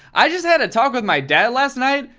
i just had a talk with my dad last night.